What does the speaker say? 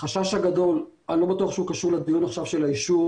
החשש הגדול אני לא בטוח שהוא קשור לדיון שמתקיים עכשיו על האישור